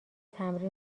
تمرین